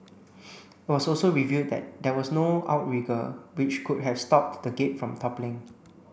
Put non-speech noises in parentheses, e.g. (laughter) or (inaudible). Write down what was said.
(noise) it was also revealed that there was no outrigger which could have stopped the gate from toppling